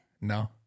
No